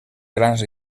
grans